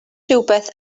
rhywbeth